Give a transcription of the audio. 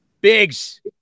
Biggs